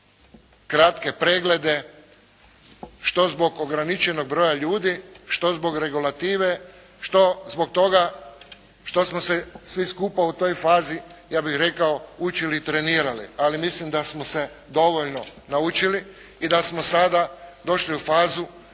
kratke preglede što zbog ograničenog broja ljudi, što zbog regulative, što zbog toga što smo se svi skupa u toj fazi ja bih rekao učili i trenirali, ali mislim da smo se dovoljno naučili i da smo sada došli u fazu